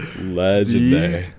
Legendary